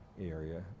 area